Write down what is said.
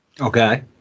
Okay